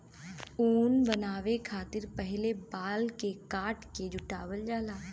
ऊन बनावे खतिर पहिले बाल के काट के जुटावल जाला